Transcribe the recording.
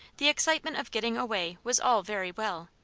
the excitement of getting away was all very well.